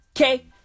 Okay